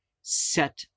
set